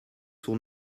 sont